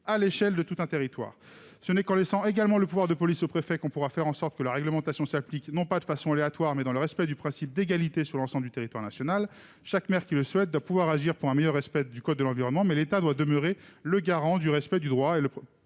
à l'échelle de tout un territoire. De même, ce n'est qu'en laissant le pouvoir de police aux préfets que l'on pourra faire en sorte que la réglementation s'applique, non pas de manière aléatoire, mais dans le respect du principe d'égalité sur l'ensemble du territoire national. Chaque maire qui le souhaite doit pouvoir agir pour un meilleur respect du code de l'environnement, mais l'État doit rester le garant du respect du droit et du